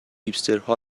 هیپسترها